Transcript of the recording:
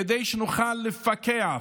כדי שנוכל לפקח,